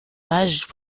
mages